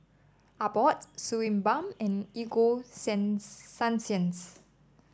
Abbott Suu Balm and Ego Sen Sunsense